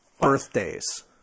Birthdays